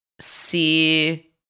see